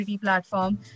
platform